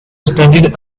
studied